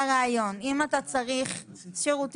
אני מבקשת להכניס גם אותנו בסעיף קטן (ג).